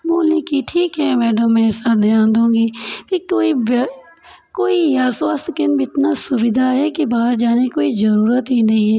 बोली कि ठीक है मैडम मैं सब ध्यान दूँगी एक तो ये कोई यहाँ स्वास्थ्य केंद्र में इतना सुविधा है कि बाहर जाने की कोई जरूरत ही नहीं है